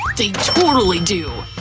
they totally do!